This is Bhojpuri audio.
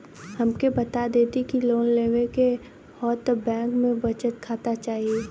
हमके बता देती की लोन लेवे के हव त बैंक में बचत खाता चाही?